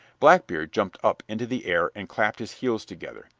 blackbeard jumped up into the air and clapped his heels together,